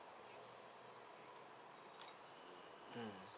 mm